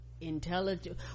intelligent